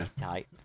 type